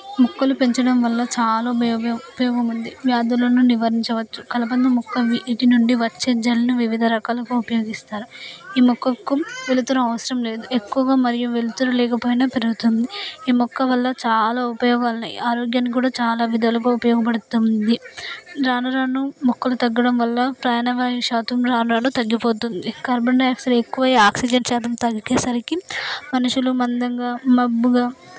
మొక్కలు పెంచడం వల్ల చాలా ఉపయోగం ఉంది వ్యాధులను నివారించవచ్చు కలబంద మొక్క వీటి నుండి వచ్చే జల్లును వివిధ రకాలుగా ఉపయోగిస్తారు ఈ మొక్కకు వెలుతురు అవసరం లేదు ఎక్కువగా మరియు వెలుతురు లేకపోయినా పెరుగుతుంది ఈ మొక్క వల్ల చాలా ఉపయోగాలు ఉన్నాయి ఆరోగ్యాన్ని కూడా చాలా విధాలుగా ఉపయోగపడుతుంది రాను రాను మొక్కలు తగ్గడం వల్ల ప్రాణవాయువు శాతం రాను రాను తగ్గిపోతుంది కార్బన్ డయాక్సైడ్ ఎక్కువ అయ్యి ఆక్సిజన్ శాతం తగ్గేసరికి మనుష్యులు మందంగా మబ్బుగా